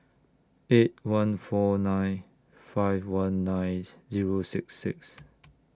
eight one four nine five one nine Zero six six